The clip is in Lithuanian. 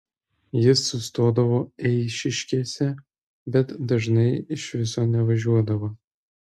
jis sustodavo eišiškėse bet dažnai iš viso nevažiuodavo